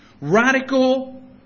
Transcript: Radical